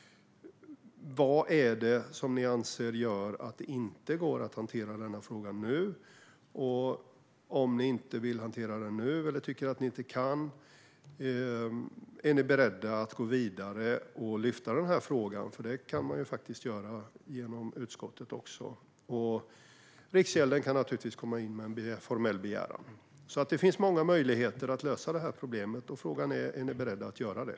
Vad är det som ni anser gör att det inte går att hantera denna fråga nu? Om ni inte vill hantera den nu eller tycker att ni inte kan göra det, är ni då beredda att gå vidare och lyfta den här frågan? Det kan man ju faktiskt göra genom utskottet. Riksgälden kan naturligtvis också komma in med en formell begäran. Det finns alltså många möjligheter att lösa problemet. Frågan är om ni är beredda att göra det.